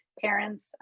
parents